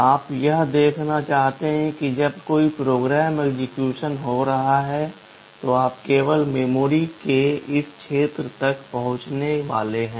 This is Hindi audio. आप यह देखना चाहते हैं कि जब कोई प्रोग्राम एक्सेक्यूशन हो रहा है तो आप केवल मेमोरी के इस क्षेत्र तक पहुंचने वाले हैं